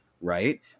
right